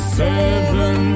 seven